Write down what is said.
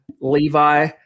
Levi